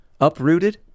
uprooted